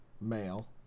male